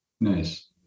nice